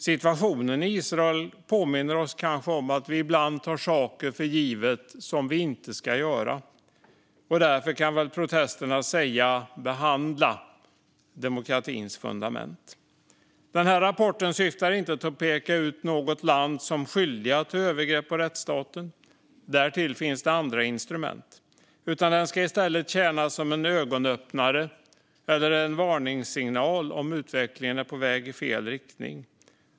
Situationen i Israel påminner oss kanske om att vi ibland tar saker för givna som vi inte ska ta för givna, och därför kan väl protesterna sägas behandla demokratins fundament. Rapporten syftar inte till att peka ut något land som skyldigt till övergrepp på rättsstaten; därtill finns det andra instrument. Den ska i stället tjäna som en ögonöppnare eller varningssignal om utvecklingen är på väg i fel riktning.